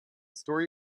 story